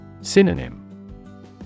Synonym